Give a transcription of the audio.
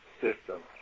system